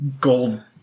Gold